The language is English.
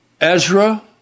Ezra